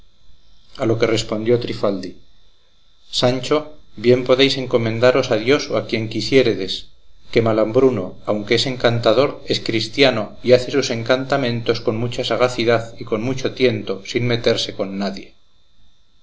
a lo que respondió trifaldi sancho bien podéis encomendaros a dios o a quien quisiéredes que malambruno aunque es encantador es cristiano y hace sus encantamentos con mucha sagacidad y con mucho tiento sin meterse con nadie